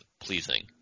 pleasing